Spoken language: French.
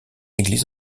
église